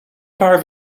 paar